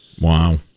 Wow